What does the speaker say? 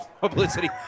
publicity